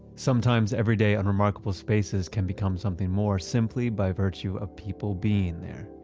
sometimes, every day unremarkable spaces can become something more simply by virtue of people being there.